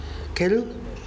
Carou~